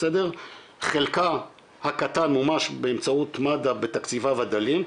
חלקה הקטן מומש באמצעות מד"א בתקציביו הדלים,